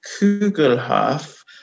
Kugelhof